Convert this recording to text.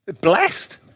blessed